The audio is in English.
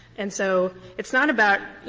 and so it's not about,